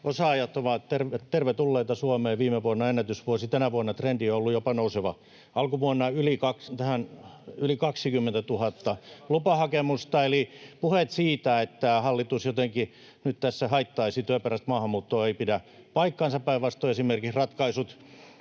osaajat ovat tervetulleita Suomeen — ennätysvuosi, ja tänä vuonna trendi on ollut jopa nouseva, alkuvuonna yli 20 000 lupahakemusta. [Juho Eerolan välihuuto] Eli puheet siitä, että hallitus jotenkin nyt tässä haittaisi työperäistä maahanmuuttoa, eivät pidä paikkaansa, päinvastoin. Esimerkiksi ratkaisut